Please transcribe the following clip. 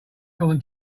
common